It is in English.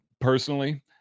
personally